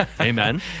Amen